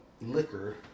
liquor